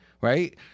right